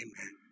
Amen